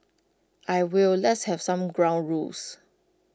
I will let's have some ground rules